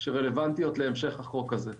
ורלוונטיות להמשך החוק הזה.